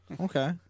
Okay